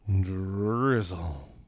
Drizzle